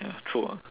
ya true ah